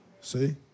See